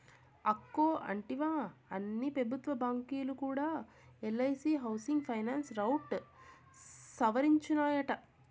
అక్కో ఇంటివా, అన్ని పెబుత్వ బాంకీలు కూడా ఎల్ఐసీ హౌసింగ్ ఫైనాన్స్ రౌట్ సవరించినాయట